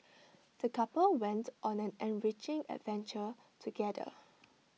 the couple went on an enriching adventure together